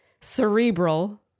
cerebral